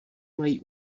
mají